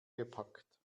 gepackt